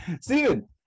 Stephen